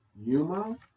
Yuma